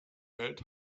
welt